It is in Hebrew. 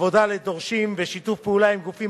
עבודה לדורשים ושיתוף פעולה עם גופים